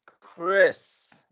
chris